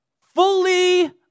Fully